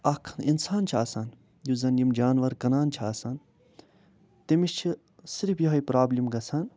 اَکھ اِنسان چھِ آسان یُس زَنہٕ یِم جانوَر کٕنان چھِ آسان تٔمِس چھِ صِرف یِہوٚے پرٛابلِم گژھان